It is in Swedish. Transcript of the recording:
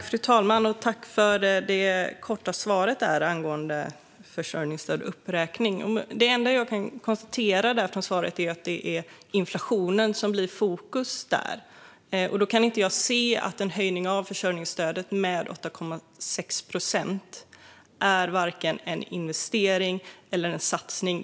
Fru talman! Tack, statsrådet, för det korta svaret angående försörjningsstöd och uppräkning! Det enda jag kan konstatera från svaret är att det är inflationen som blir i fokus. Då kan inte jag se att en höjning av försörjningsstödet med 8,6 procent är vare sig en investering eller en satsning.